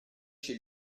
chez